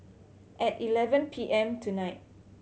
at eleven P M tonight